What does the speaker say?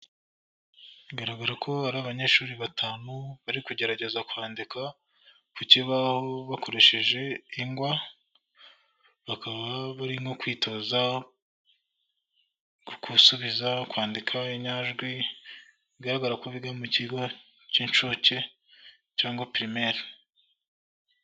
Bigaragara ko hari abanyeshuri batanu bari kugerageza kwandikwa ku kibaho bakoresheje ingwa, bakaba barimo kwitoza gusubiza, kwandika inyajwi, bigaragara ko biga mu kigo cy'inshuke cyangwa primaire.